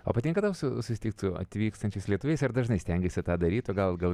o patinka tau su susitikt su atvykstančiais lietuviais ar dažnai stengiesi tą daryt o gal gal